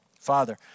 Father